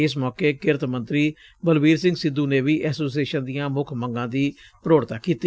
ਇਸ ਮੌਕੇ ਕਿਰਤ ਮੰਤਰੀ ਬਲਬੀਰ ਸਿੰਘ ਸਿੱਧੁ ਨੇ ਵੀ ਐਸੋਸੀਏਸ਼ਨ ਦੀਆਂ ਮੁੱਖ ਮੰਗਾਂ ਦੀ ਪ੍ਰੋੜਤਾ ਕੀਤੀ